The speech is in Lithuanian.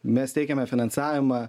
mes teikiame finansavimą